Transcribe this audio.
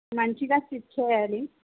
మంచిగా స్టిచ్ చేయాలి